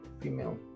female